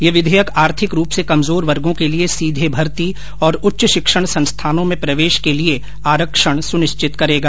यह विधेयक आर्थिक रूप से कमजोर वर्गों के लिए सीधे भर्ती और उच्च शिक्षण संस्थानों में प्रवेश के लिए आरक्षण सुनिश्चित करेगा